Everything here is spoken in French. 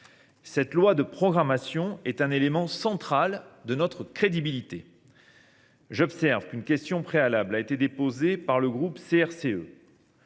Cette loi de programmation est un élément central de notre crédibilité. J’observe qu’une question préalable a été déposée par le groupe CRCE